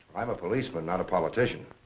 i'm a policeman, not a politician.